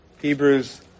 Hebrews